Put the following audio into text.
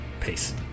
Peace